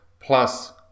plus